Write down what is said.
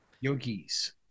Yogis